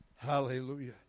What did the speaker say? Hallelujah